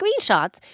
screenshots